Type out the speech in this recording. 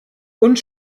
und